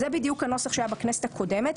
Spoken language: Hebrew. זה בדיוק הנוסח שהיה בכנסת הקודמת,